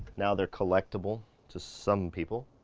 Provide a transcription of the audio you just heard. now they're collectible to some people.